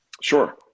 Sure